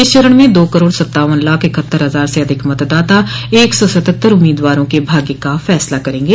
इस चरण में दो करोड़ सत्तावन लाख इकहत्तर हजार से अधिक मतदाता एक सौ सतहत्तर उम्मीदवारों के भाग्य का फैसला करेंगे